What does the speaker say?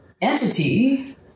entity